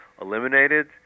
eliminated